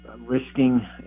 risking